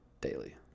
daily